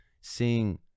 seeing